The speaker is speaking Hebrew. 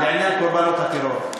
מילה אחרונה בעניין קורבנות הטרור,